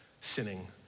sinning